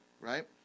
right